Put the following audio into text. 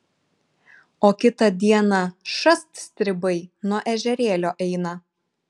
o kitą dieną šast stribai nuo ežerėlio eina